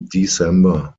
december